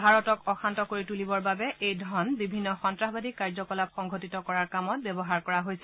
ভাৰতক অশান্ত কৰি তুলিবৰ বাবে এই ধন বিভিন্ন সন্নাসবাদী কাৰ্য্যকলাপ সংঘটিত কৰাৰ কামত ব্যৱহাৰ কৰা হৈছিল